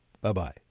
Bye-bye